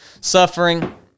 suffering